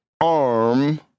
arm